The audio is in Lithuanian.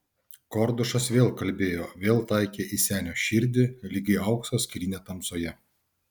kordušas vėl kalbėjo vėl taikė į senio širdį lyg į aukso skrynią tamsoje